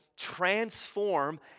transform